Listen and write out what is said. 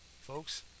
folks